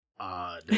odd